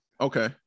Okay